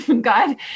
God